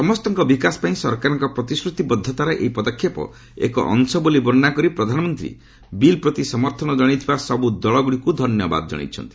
ସମସ୍ତଙ୍କ ବିକାଶ ପାଇଁ ସରକାରଙ୍କ ପ୍ରତିଶ୍ରତିବଦ୍ଧତାର ଏହି ପଦକ୍ଷେପ ଏକ ଅଂଶବୋଲି ବର୍ଣ୍ଣନା କରି ପ୍ରଧାନମନ୍ତ୍ରୀ ବିଲ୍ ପ୍ରତି ସମର୍ଥନ ଜଣାଇଥିବା ସବୁ ଦଳଗୁଡ଼ିକୁ ଧନ୍ୟବାଦ ଜଣାଇଛନ୍ତି